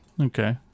Okay